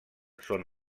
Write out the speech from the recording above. són